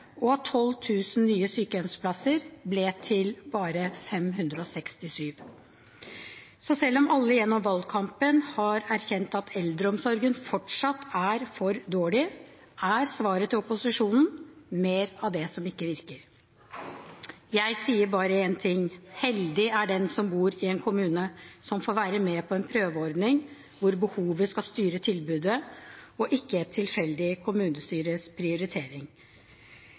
at 12 000 nye sykehjemsplasser ble til bare 567. Så selv om alle gjennom valgkampen har erkjent at eldreomsorgen fortsatt er for dårlig, er svaret fra opposisjonen: Mer av det som ikke virker. Jeg sier bare én ting: Heldig er den som bor i en kommune som får være med på en prøveordning hvor behovet skal styre tilbudet, og ikke et tilfeldig kommunestyres prioritering.